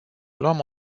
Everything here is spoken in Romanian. luăm